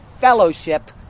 fellowship